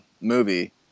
movie